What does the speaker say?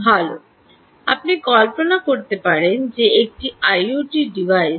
ভাল আপনি কল্পনা করতে পারেন যে একটি আইওটি ডিভাইস